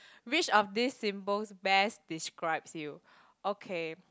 which of these symbols best describes you okay